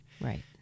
Right